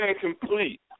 complete